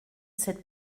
cette